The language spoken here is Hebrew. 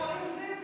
בית-חולים זיו.